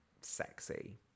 sexy